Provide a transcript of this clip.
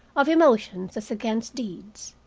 of emotions as against deeds.